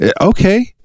Okay